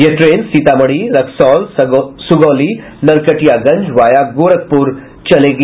यह train Sitamarhi Raxaul Sagauli Narkatiaganj via Gorakhpur चलेगी